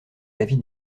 david